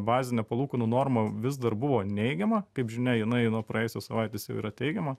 bazinė palūkanų norma vis dar buvo neigiama kaip žinia jinai nuo praėjusios savaitės jau yra teigiama